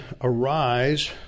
arise